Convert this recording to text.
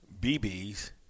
BBs